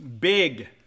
Big